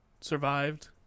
survived